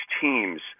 teams